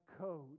code